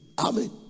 Amen